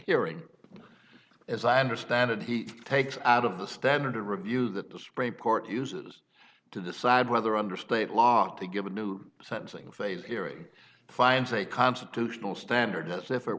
hearing as i understand it he takes out of the standard review that the supreme court uses to decide whether under state law to give a new sentencing phase hearing finds a constitutional standard as if it